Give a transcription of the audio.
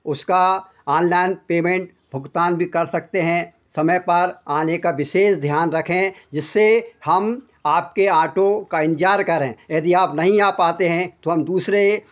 उसका online payment भुगतान भी कर सकते हैं समय पर आने का विशेष ध्यान रखें जिससे हम आपके ऑटो का इंतज़ार करें यदि आप नहीं आ पाते हैं तो हम दूसरे